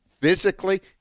physically